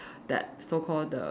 that so called the